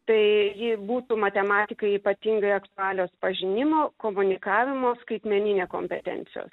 tai ji būtų matematikai ypatingai aktualios pažinimo komunikavimo skaitmeninė kompetencijos